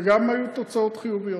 וגם היו תוצאות חיוביות.